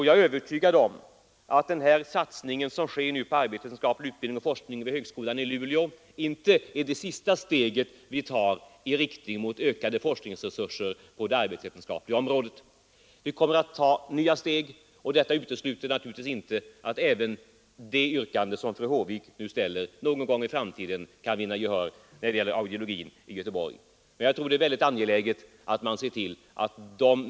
Jag är övertygad om att den satsning som sker nu på arbetsvetenskaplig utbildning och forskning vid högskolan i Luleå inte är det sista steget vi tar i riktning mot ökade forskningsresurser på det arbetsvetenskapliga området. Vi kommer att ta nya steg, och det utesluter naturligtvis inte att det yrkande som fru Håvik nu framställt någon gång i framtiden kan vinna gehör när det gäller audiologin i Göteborg. Herr talman!